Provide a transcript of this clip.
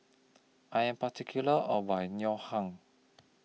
I Am particular about My Ngoh Hiang